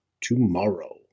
tomorrow